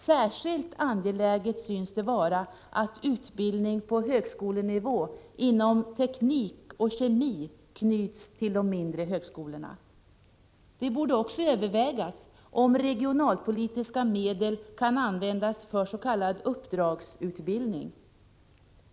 Särskilt angeläget synes det vara att utbildning på högskolenivå inom teknik och kemi knyts till de mindre högskolorna. Det borde också övervägas om regionalpolitiska medel kan användas för s.k. uppdragsutbildning.